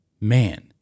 man